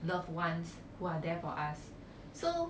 loved ones who are there for us so